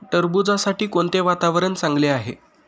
टरबूजासाठी कोणते वातावरण चांगले आहे?